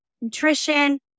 nutrition